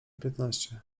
piętnaście